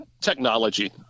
technology